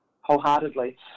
wholeheartedly